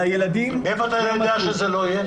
לילדים --- מאיפה אתה יודע שזה לא יהיה?